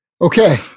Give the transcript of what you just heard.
Okay